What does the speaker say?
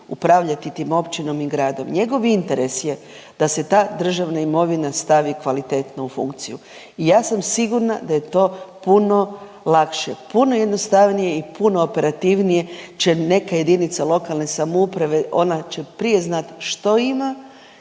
upravljati tim općinom i gradom, njegov interes je da se ta državna imovina stavi kvalitetno u funkciju. I ja sam sigurna da je to puno lakše, puno jednostavnije i puno operativnije će neke jedinice lokalne samouprave, ona će prije znat što ima,